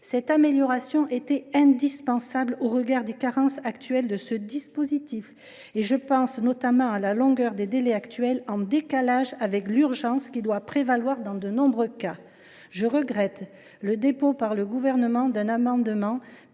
Cette amélioration était indispensable au regard des carences actuelles du dispositif. Je pense notamment à la longueur des délais, en décalage avec l’urgence qui doit prévaloir dans de nombreux cas. Je regrette le dépôt par le Gouvernement d’un amendement